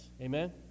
Amen